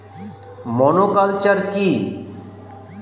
Monoculture কি?